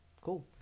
cool